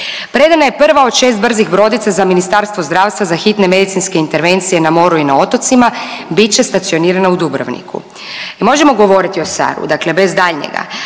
Predana je prva od šest brzih brodica za Ministarstvo zdravstva za hitne medicinske intervencije na moru i na otocima, bit će stacionirana u Dubrovniku. I možemo govoriti o … dakle bez daljnjega,